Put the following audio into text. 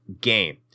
game